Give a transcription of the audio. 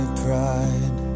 pride